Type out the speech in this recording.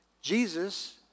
Jesus